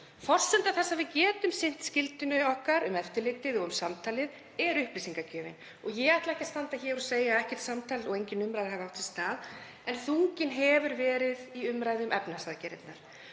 Forsenda þess að við getum sinnt skyldu okkar um eftirlitið og um samtalið er upplýsingagjöfin. Ég ætla ekki að standa hér og segja að ekkert samtal og engin umræða hafi átt sér stað en þunginn hefur verið í umræðu um efnahagsaðgerðirnar.